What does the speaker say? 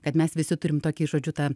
kad mes visi turim tokį žodžiu tą